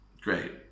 great